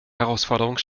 herausforderung